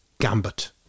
gambit